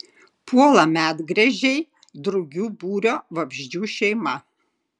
puola medgręžiai drugių būrio vabzdžių šeima